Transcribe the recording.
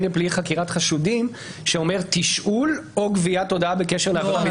הפלילי (חקירת חשודים) שאומר תשאול או גביית הודעה בקשר לעבירה.